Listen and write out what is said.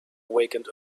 awakened